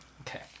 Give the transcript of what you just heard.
Okay